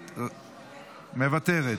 מוותרת,